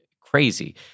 crazy